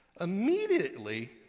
Immediately